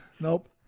Nope